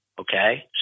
Okay